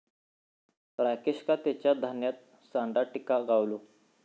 राकेशका तेच्या धान्यात सांडा किटा गावलो